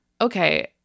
okay